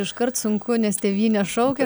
iškart sunku nes tėvynė šaukia